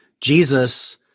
Jesus